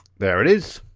there it is.